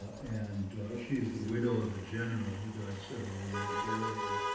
and she's the widow of a general who died several years earlier.